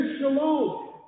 shalom